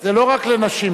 זה לא רק לנשים,